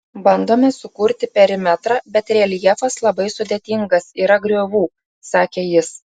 bandome sukurti perimetrą bet reljefas labai sudėtingas yra griovų sakė jis